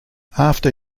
after